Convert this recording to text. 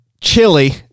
Chili